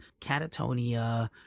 Catatonia